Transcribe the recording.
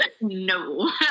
no